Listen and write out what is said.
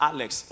Alex